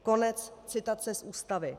Konec citace z Ústavy.